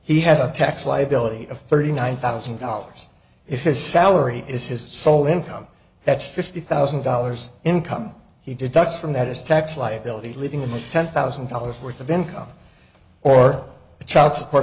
he had a tax liability of thirty nine thousand dollars if his salary is his sole income that's fifty thousand dollars income he did that's from that his tax liability living in the ten thousand dollars worth of income or child support